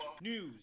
News